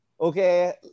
Okay